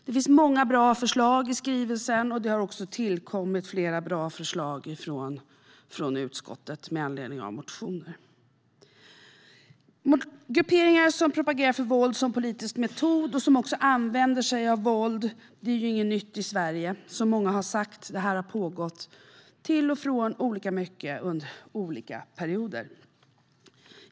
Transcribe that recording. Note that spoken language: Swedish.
Det finns många bra förslag i skrivelsen, och det har också tillkommit många bra förslag från utskottet med anledning av motioner. Grupperingar som propagerar för våld som politisk metod och som också använder sig av våld är inget nytt i Sverige. Som många har sagt har det här pågått till och från och olika mycket under olika perioder.